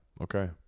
okay